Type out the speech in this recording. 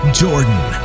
jordan